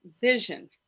vision